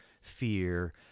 fear